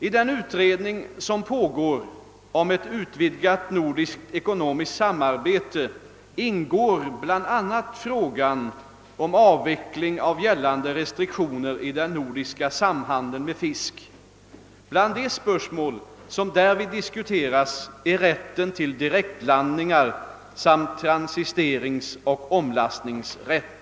I den utredning som pågår om ett utvidgat nordiskt ekonomiskt samarbete ingår bl.a. frågan om avveckling av gällande restriktioner i den nordiska samhandeln med fisk. Bland de spörsmål som därvid diskuteras är rätten till direktlandningar samt transiteringsoch omlastningsrätt.